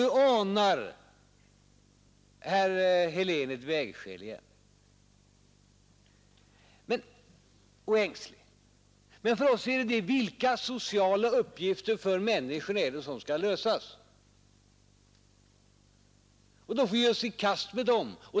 Nu anar herr Helén ett vägskäl igen och är ängslig. Men för oss är frågan: Vilka sociala uppgifter för människorna är det som skall lösas? Då får vi ge oss i kast med dem.